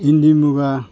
इन्दि मुगा